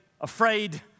afraid